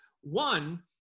One